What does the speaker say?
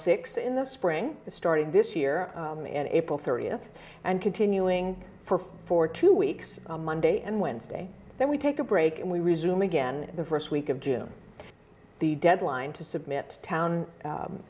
six in the spring starting this year and april thirtieth and continuing for for two weeks on monday and wednesday then we take a break and we resume again the first week of june the deadline to submit to